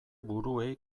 buruei